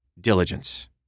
diligence